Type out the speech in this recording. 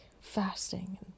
fasting